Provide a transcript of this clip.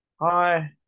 hi